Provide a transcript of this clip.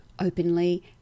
openly